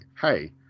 hey